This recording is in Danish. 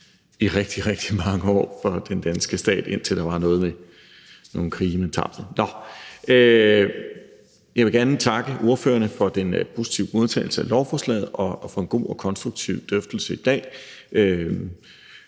i rigtig, rigtig mange år for den danske stat, indtil der var noget med, at der var nogle krige, som man tabte. Jeg vil gerne takke ordførerne for den positive modtagelse af lovforslaget og for en god og konstruktiv drøftelse i dag.